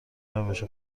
روش